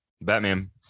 Batman